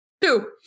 Two